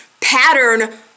pattern